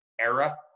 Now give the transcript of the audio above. era